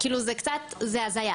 כאילו זה קצת זה הזייה.